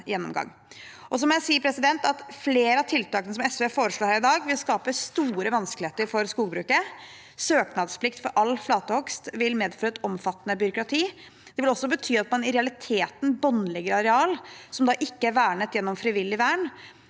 Jeg må si at flere av tiltakene som SV foreslår her i dag, vil skape store vanskeligheter for skogbruket. Søknadsplikt for all flatehogst vil medføre et omfattende byråkrati. Det vil også bety at man i realiteten båndlegger areal som ikke er vernet gjennom frivillig vern.